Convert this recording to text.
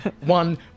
One